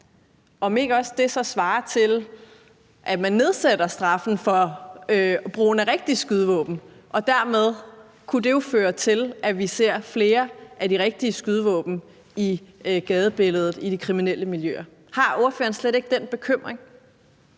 våbentyper, så svarer det til, at man nedsætter straffen for brugen af rigtige skydevåben. Og dermed kunne det jo føre til, at vi ser flere af de rigtige skydevåben i gadebilledet i de kriminelle miljøer. Har ordføreren slet ikke den bekymring?